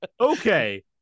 Okay